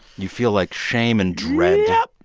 you feel, like, shame and dread yeah.